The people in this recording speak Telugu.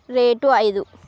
రేటు ఐదు